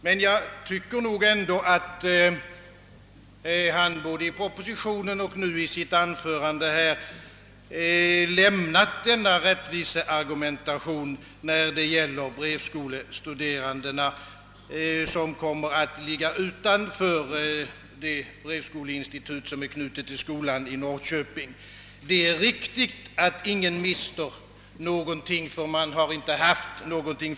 Men jag tycker att han både i propositionen och nu i sitt anförande har lämnat denna rättviseargumentation, när det gäller de brevskolestuderande, som inte studerar vid det brevskoleinstitut som är knutet till skolan i Norrköping. Det är riktigt, att ingen elev mister något, ty ingen har förut haft något.